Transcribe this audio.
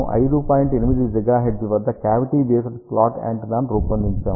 8 GHz వద్ద cavity based slot యాంటెన్నాను రూపొందించాము